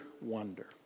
wonder